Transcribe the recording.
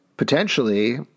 Potentially